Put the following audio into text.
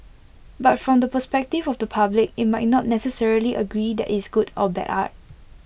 but from the perspective of the public IT might not necessarily agree that it's good or bad art